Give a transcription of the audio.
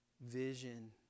vision